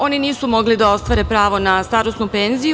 Oni nisu mogli da ostvare pravo na starosnu penziju.